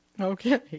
Okay